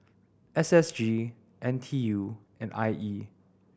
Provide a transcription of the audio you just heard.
S S G N T U and I E